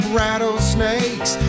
rattlesnakes